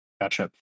Gotcha